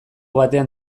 batean